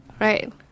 Right